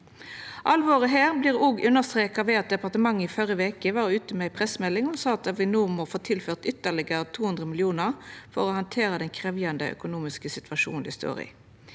Alvoret her vert også understreka ved at departementet i førre veke var ute med ei pressemelding og sa at Avinor må få tilført ytterlegare 200 mill. kr for å handtera den krevjande økonomiske situasjonen dei står i.